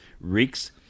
reeks